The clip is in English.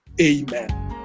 Amen